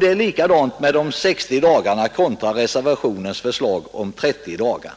Det är likadant med de 60 dagarna kontra reservationens förslag om 30 dagar.